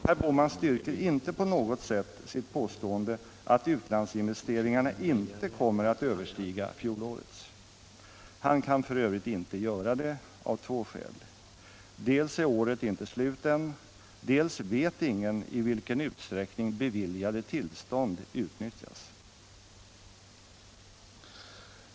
Herr Bohman styrker inte på något sätt sitt påstående att utlandsinvesteringarna inte kommer att överstiga fjolårets. Han kan f. ö. inte göra det — av två skäl: dels är året inte slut än, dels vet ingen i vilken utsträckning beviljade tillstånd utnyttjas.